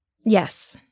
Yes